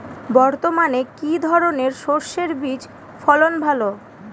বর্তমানে কি ধরনের সরষে বীজের ফলন ভালো?